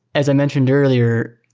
as i mentioned earlier,